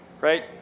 right